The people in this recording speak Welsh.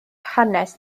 hanes